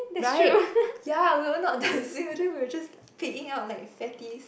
right ya we will not dancing then we will piging up like a fatty